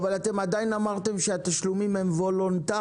אבל אתם עדין אמרתם שהתשלומים הם וולונטריים,